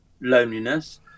loneliness